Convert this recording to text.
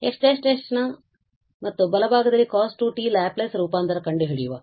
x′′ ನ ಮತ್ತು ಬಲಭಾಗದಲ್ಲಿ cos 2t ಲ್ಯಾಪ್ಲೇಸ್ ರೂಪಾಂತರ ಕಂಡುಹಿಡಿಯುವ